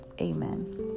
Amen